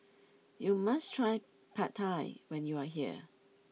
you must try Pad Thai when you are here